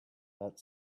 that